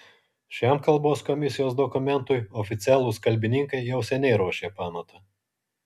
šiam kalbos komisijos dokumentui oficialūs kalbininkai jau seniai ruošė pamatą